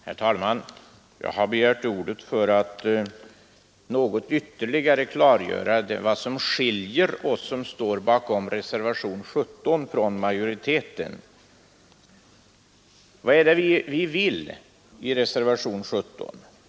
Herr talman! Jag har begärt ordet för att något ytterligare klargöra vad som skiljer oss, som står bakom reservationen 17, från utskottsmajoriteten. Vad är det vi vill med reservationen 17?